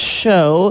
show